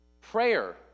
Prayer